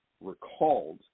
recalled